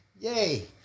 Yay